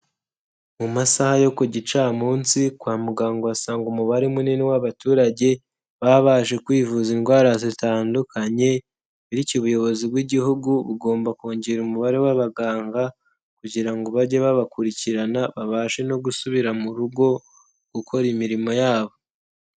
Mu masaha yo ku gicamunsi kwa muganga uhasanga umubare munini w'abaturage baba baje kwivuza indwara zitandukanye bityo ubuyobozi bw'igihugu bugomba kongera umubare w'abaganga kugira ngo bajye babakurikirana babashe no gusubira mu rugo gukora imirimo yabo.